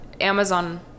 Amazon